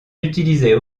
utilisaient